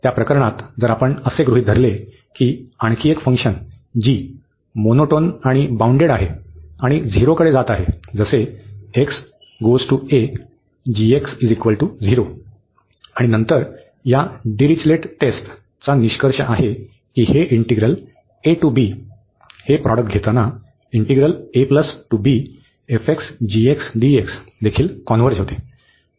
त्या प्रकरणात जर आपण असे गृहीत धरले की आणखी एक फंक्शन g मोनोटोन आणि बाउंडेड आहे आणि झिरोकडे जात आहे जसे x → a आणि नंतर या डिरिचलेट टेस्टचा निष्कर्ष आहे की हे इंटिग्रल a to b हे प्रॉडक्ट घेताना देखील कॉन्व्हर्ज होते